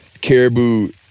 caribou